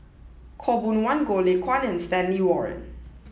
Khaw Boon Wan Goh Lay Kuan and Stanley Warren